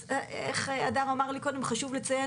אז איך הדר אמר לי קודם: חשוב לציין